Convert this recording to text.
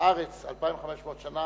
הארץ במשך 2,500 שנה